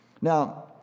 Now